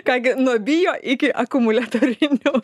ką gi nuo bio iki akumuliatorinių